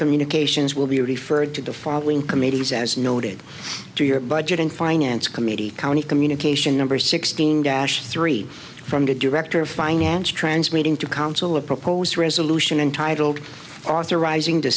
communications will be referred to the following committees as noted to your budget and finance committee county communication number sixteen dash three from the director of finance transmitting to counsel a proposed resolution entitled authorizing t